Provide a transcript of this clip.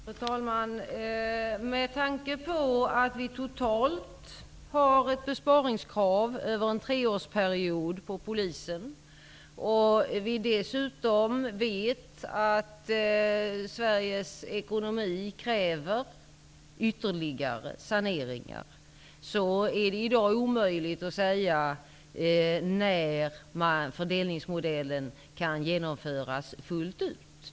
Fru talman! Med tanke på att det för Polisen över en treårsperiod finns ett totalt besparingskrav och på att vi dessutom vet att Sveriges ekonomi kräver ytterligare saneringar, är det i dag omöjligt att säga när fördelningsmodellen kan genomföras fullt ut.